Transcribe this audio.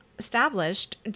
established